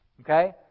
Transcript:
Okay